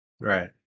Right